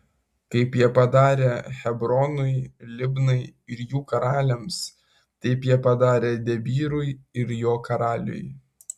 kaip jie padarė hebronui libnai ir jų karaliams taip jie padarė debyrui ir jo karaliui